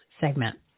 segment